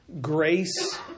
grace